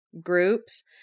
groups